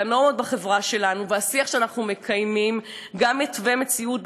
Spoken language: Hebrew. כי הנורמות בחברה שלנו והשיח שאנחנו מקיימים גם מתווים מציאות,